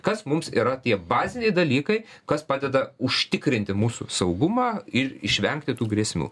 kas mums yra tie baziniai dalykai kas padeda užtikrinti mūsų saugumą ir išvengti tų grėsmių